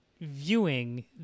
viewing